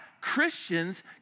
Christians